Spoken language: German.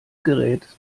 gerät